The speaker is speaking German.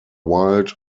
wild